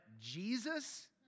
Jesus